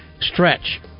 stretch